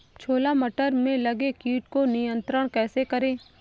छोला मटर में लगे कीट को नियंत्रण कैसे करें?